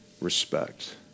respect